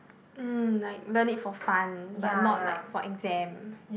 mm like learn it for fun but not like for exam